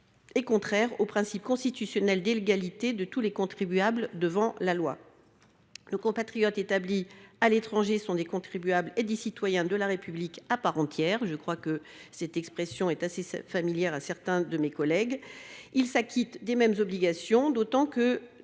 et contraire au principe constitutionnel d’égalité de tous les contribuables devant la loi. Nos compatriotes établis à l’étranger sont des contribuables et des citoyens de la République à part entière – cette expression doit vous être assez familière, mes chers collègues. Ils s’acquittent des mêmes obligations, d’autant que